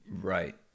Right